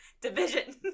division